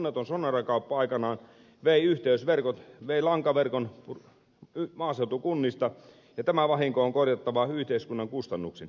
onneton sonera kauppa aikanaan vei yhteysverkot vei lankaverkon maaseutukunnista ja tämä vahinko on korjattava yhteiskunnan kustannuksin